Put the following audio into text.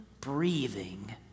breathing